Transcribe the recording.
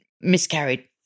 miscarried